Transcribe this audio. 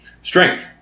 Strength